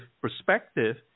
perspective